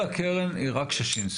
כל הקרן היא רק משישינסקי.